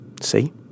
See